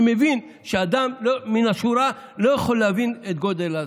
אני מבין שאדם מן השורה לא יכול להבין את הגודל.